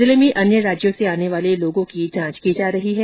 जिले में अन्य राज्यों से आने वाले लोगों की जांच की जा रही है